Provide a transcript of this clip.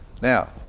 Now